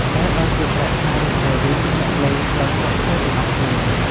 តែបើគេស្រែកថា ឬស្សីវិញ អ្នកលេងត្រូវក្រោកឈរទាំងអស់គ្នា។